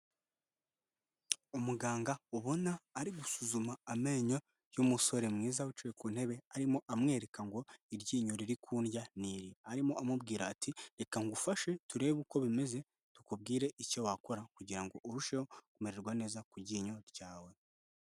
Umuganga ubona ari gusuzuma amenyo y'umusore mwiza wicaye ku ntebe arimo amwereka ngo iryinyo riri kundya ni iri, arimo amubwira ati reka ngufashe turebe uko bimeze tukubwire icyo wakora kugira ngo urusheho kumererwa neza ku ryinyo ryawe.